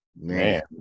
Man